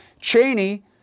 Cheney